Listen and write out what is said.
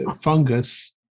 fungus